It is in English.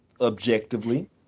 objectively